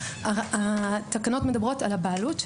התקנות מדברות על הבעלות,